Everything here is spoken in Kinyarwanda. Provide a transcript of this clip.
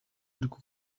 ariko